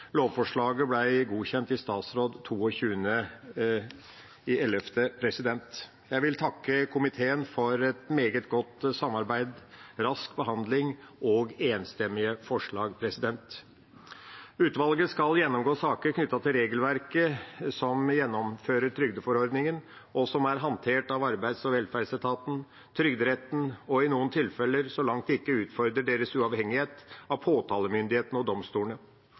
Lovforslaget ble godkjent i statsråd 22. november. Jeg vil takke komiteen for et meget godt samarbeid, rask behandling og det enstemmige forslaget. Utvalget skal gjennomgå saker knyttet til regelverket som gjennomfører trygdeforordningen, og som er handtert av Arbeids- og velferdsetaten, Trygderetten og i noen tilfeller – så langt det ikke utfordrer deres uavhengighet – av påtalemyndigheten og domstolene.